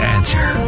Answer